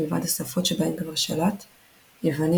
מלבד השפות שבהן כבר שלט יוונית,